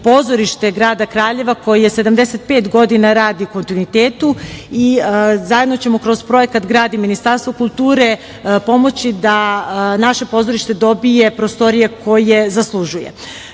pozorište grada Kraljeva koje 75 godina radi u kontinuitetu. Zajedno ćemo kroz projekat grad i Ministarstvo kulture pomoći da naše pozorište dobije prostorije koje zaslužuje. Inače,